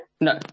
No